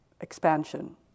expansion